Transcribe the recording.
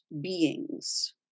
beings